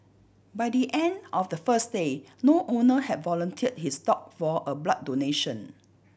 by the end of the first day no owner had volunteered his dog for a blood donation